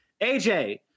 AJ